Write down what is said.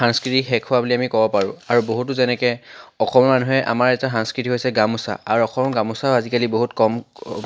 সাংস্কৃতি শেষ হোৱা বুলি আমি ক'ব পাৰো আৰু বহুতো যেনেকৈ অসমীয়া মানুহে আমাৰ এটা সাংস্কৃতি হৈছে গামোচা আৰু অসমৰ গামোচাও আজিকালি বহুত কম